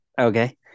Okay